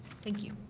thank you.